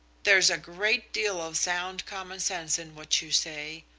there's a great deal of sound common sense in what you say.